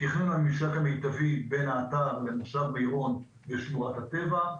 תכנון הממשק המיטבי בין האתר ומושב מירון לשמורת הטבע.